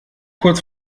kurz